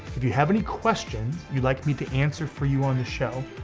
if you have any questions you'd like me to answer for you on this show,